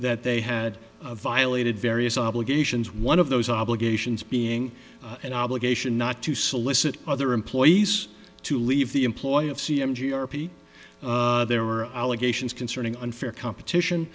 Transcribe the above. that they had violated various obligations one of those obligations being an obligation not to solicit other employees to leave the employ of c m g r p there were allegations concerning unfair competition